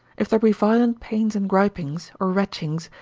if there be violent pains and gripings, or retchings,